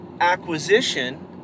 acquisition